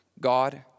God